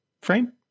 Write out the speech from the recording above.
frame